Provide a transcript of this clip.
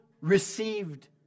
received